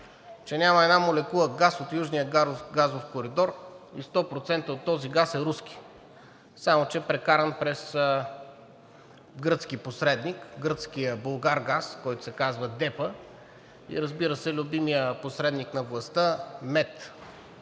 че няма една молекула газ от Южния газов коридор и сто процента от този газ е руски, само че прекаран през гръцки посредник, гръцкия „Булгаргаз“, който се казва ДЕПА, и разбира се, любимият посредник на властта МЕТ.